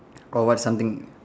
oh what something